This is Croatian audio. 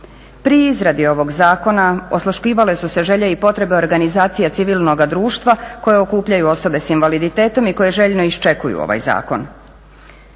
Pri izradi ovog zakona osluškivale su se želje i potrebe organizacija civilnoga društva koje okupljaju osobe sa invaliditetom i koje željno iščekuju ovaj zakon.